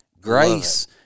Grace